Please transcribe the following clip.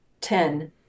Ten